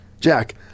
Jack